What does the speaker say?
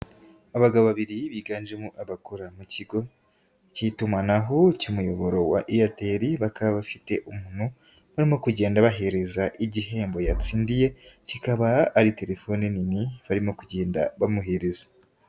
Abagabo babiri biganjemo abakora mu kigo k'itumanaho kimuyoboro wa Airtel bakaba bafite umuntu barimo kugenda bahereza igihembo yatsindiye, kikaba ari telefone nini barimo kugenda bamuhereza.